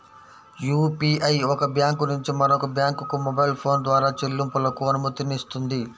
UPI ఒక bank నుంచి మరొక బ్యాంకుకు మొబైల్ ఫోన్ ద్వారా చెల్లింపులకు అనుమతినిస్తుంది